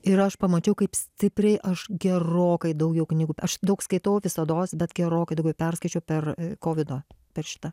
ir aš pamačiau kaip stipriai aš gerokai daugiau knygų daug skaitau visados bet gerokai daugiau perskaičiau per kovido per šitą